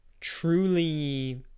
truly